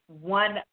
one